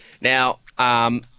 Now